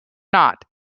not